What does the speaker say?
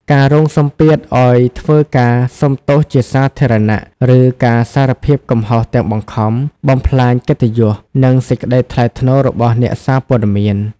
ការរងសម្ពាធឱ្យធ្វើការសុំទោសជាសាធារណៈ ឬការសារភាពកំហុសទាំងបង្ខំ បំផ្លាញកិត្តិយស និងសេចក្តីថ្លៃថ្នូររបស់អ្នកសារព័ត៌មាន។